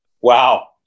Wow